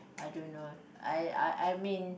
I don't know I I I mean